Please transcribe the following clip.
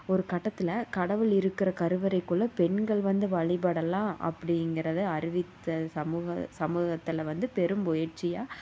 ஒரு கட்டத்தில் கடவுள் இருக்கிற கருவறைக்குள்ளே பெண்கள் வந்து வழிபடல்லாம் அப்படிங்குறத அறிவித்த சமூக சமூகத்தில் வந்து பெரும் முயற்சியாக